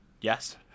Yes